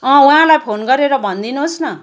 अँ उहाँलाई फोन गरेर भनिदिनुहोस् न